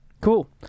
cool